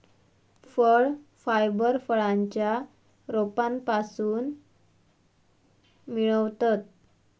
फळ फायबर फळांच्या रोपांपासून मिळवतत